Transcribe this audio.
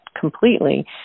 completely